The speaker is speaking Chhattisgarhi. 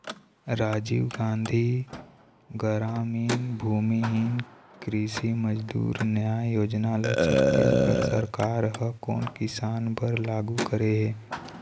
राजीव गांधी गरामीन भूमिहीन कृषि मजदूर न्याय योजना ल छत्तीसगढ़ सरकार ह कोन किसान बर लागू करे हे?